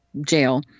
jail